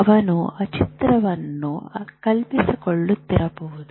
ಅವನು ಚಿತ್ರಗಳನ್ನು ಕಲ್ಪಿಸಿಕೊಳ್ಳುತ್ತಿರಬಹುದು